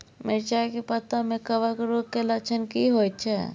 मिर्चाय के पत्ता में कवक रोग के लक्षण की होयत छै?